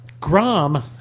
Grom